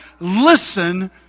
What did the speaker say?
Listen